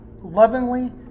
lovingly